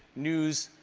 news,